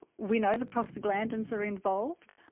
we know the prostaglandins are involved,